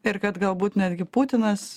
ir kad galbūt netgi putinas